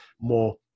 more